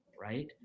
right